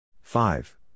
Five